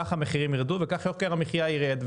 כך המחירים ירדו וכך יוקר המחייה ירד.